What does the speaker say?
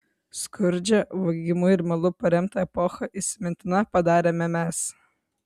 skurdžią vogimu ir melu paremtą epochą įsimintina padarėme mes